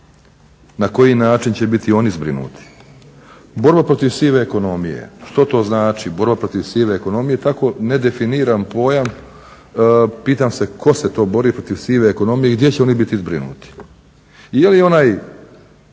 na koji način će biti oni zbrinuti. Borba protiv sive ekonomije. Što to znači borba protiv sive ekonomije? Tako nedefiniran pojam. Pitam se tko se to bori protiv sive ekonomije i gdje će oni biti zbrinuti i je li onaj